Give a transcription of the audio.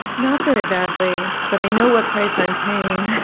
not very badly, but i know what price i'm paying.